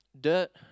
dirt